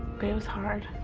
but it was hard.